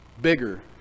bigger